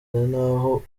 n’aho